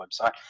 website